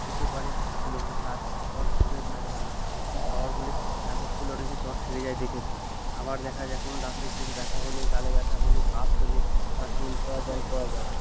হতে পারে কিছু লোকের কাজ আবার কিছু লোকের কাজ হয় না যাওয়ার হলে ঝাড়ফুঁক করলে অনেকের জ্বর সেরে যায় দেখেছি আবার দেখা যায় কোনো দাঁতে কিছু ব্যথা হলে গালে ব্যথা হলে বাত হলে তারা তেলপড়া জলপড়া দেয়